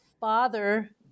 father